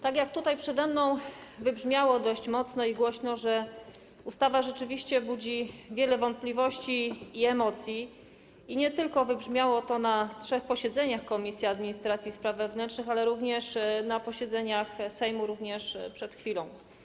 Tutaj przed moim wystąpieniem wybrzmiało dość mocno i głośno, że ustawa rzeczywiście budzi wiele wątpliwości i emocji, i nie tylko wybrzmiało to na trzech posiedzeniach Komisji Administracji i Spraw Wewnętrznych, ale również na posiedzeniach Sejmu, również przed chwilą.